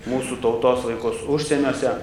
mūsų tautos vaikus užsieniuose